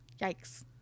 Yikes